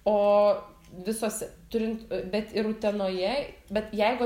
o visos turint bet ir utenoje bet jeigu